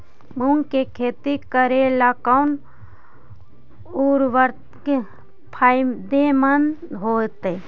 मुंग के खेती करेला कौन उर्वरक फायदेमंद होतइ?